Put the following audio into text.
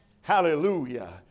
Hallelujah